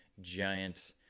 giant